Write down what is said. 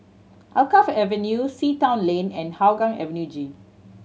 Alkaff Avenue Sea Town Lane and Hougang Avenue G